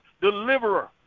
Deliverer